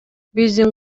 биздин